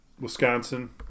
Wisconsin